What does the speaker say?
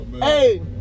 Hey